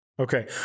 Okay